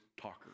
talker